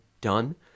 done